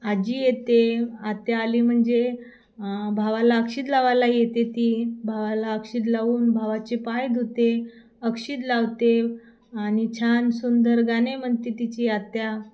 आजी येते आत्या आली म्हणजे भावाला अक्षद लावायला येते ती भावाला अक्षद लावून भावाचे पाय धुते अक्षद लावते आणि छान सुंदर गाणे म्हणते तिची आत्या